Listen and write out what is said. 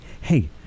hey